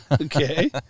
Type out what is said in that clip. okay